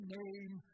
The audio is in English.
name